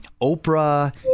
Oprah